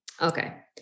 Okay